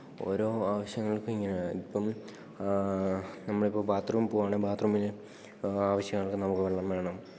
ഓരോ ആവശ്യങ്ങൾക്ക് ഇങ്ങനെയാണ് ഇപ്പോള് നമ്മളിപ്പോള് ബാത്റൂമില് പോവുകയാണെങ്കില് ബാത്റൂമില് ആവശ്യങ്ങൾക്ക് നമുക്കു വെള്ളം വേണം